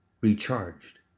recharged